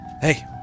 Hey